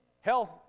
Health